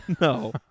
No